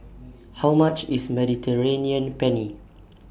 How much IS Mediterranean Penne